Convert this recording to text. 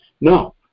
No